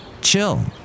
Chill